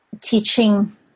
teaching